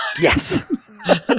Yes